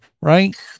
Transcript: right